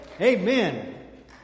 Amen